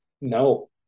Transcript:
No